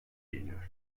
geliyor